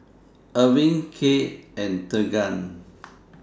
Ervin Cade and Tegan